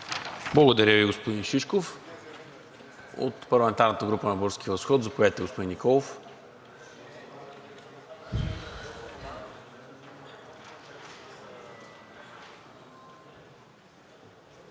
Благодаря Ви, господин Шишков. От парламентарната група на „Български възход“? Заповядайте, господин Николов.